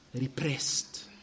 repressed